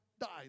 Died